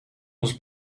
was